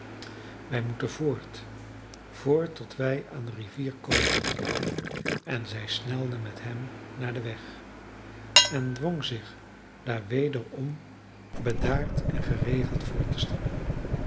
wij moeten voort voort tot wij aan de rivier komen en zij snelde met hem naar den weg en dwong zich daar weder om bedaard en geregeld voort te stappen